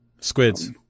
Squids